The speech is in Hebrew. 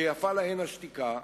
שיפה להן השתיקה,